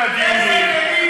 מבטלים לנו את הדיונים.